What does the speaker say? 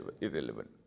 irrelevant